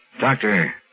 Doctor